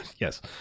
Yes